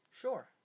Sure